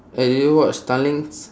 eh do you watch tanglin